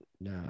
No